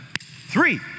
Three